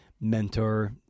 mentor